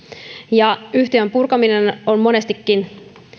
yhtiön purkaminen on monestikin